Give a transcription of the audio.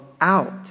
out